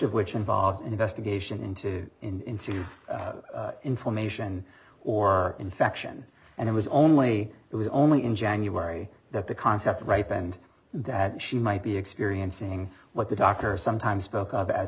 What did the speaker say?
of which involved investigation into interview information or infection and it was only it was only in january that the concept ripened that she might be experiencing what the doctor sometimes spoke of as